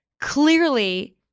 clearly